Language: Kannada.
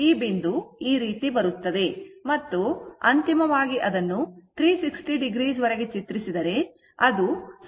ಆದ್ದರಿಂದ ಈ ಬಿಂದು ಈ ರೀತಿ ಬರುತ್ತದೆ ಮತ್ತು ಅಂತಿಮವಾಗಿ ಅದನ್ನು 360o ವರೆಗೆ ಚಿತ್ರಿಸಿದರೆ ಅದು ಸೈನುಸೈಡಲ್ ಸಿಗ್ನಲ್ ಆಗಿರುತ್ತದೆ